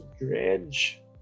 Dredge